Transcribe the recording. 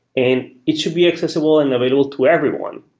and it should be accessible and available to everyone.